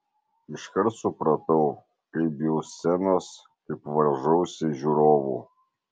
iškart supratau kaip bijau scenos kaip varžausi žiūrovų